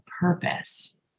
purpose